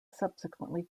subsequently